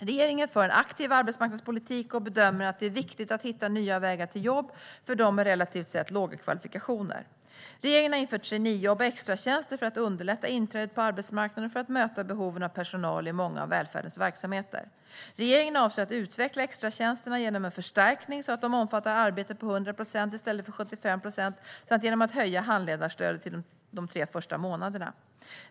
Regeringen för en aktiv arbetsmarknadspolitik och bedömer att det är viktigt att hitta nya vägar till jobb för dem med relativt sett låga kvalifikationer. Regeringen har infört traineejobb och extratjänster för att underlätta inträdet på arbetsmarknaden och för att möta behoven av personal i många av välfärdens verksamheter. Regeringen avser att utveckla extratjänsterna genom en förstärkning så att de omfattar arbete på 100 procent i stället för 75 procent samt genom att höja handledarstödet de tre första månaderna.